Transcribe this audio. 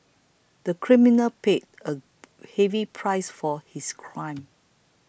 the criminal paid a heavy price for his crime